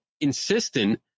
insistent